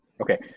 Okay